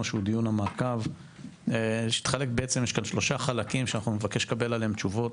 המעקב מתחלק בעצם לשלושה חלקים שאנחנו נבקש לקבל עליהם תשובות.